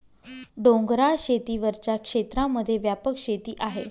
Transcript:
डोंगराळ शेती वरच्या क्षेत्रांमध्ये व्यापक शेती आहे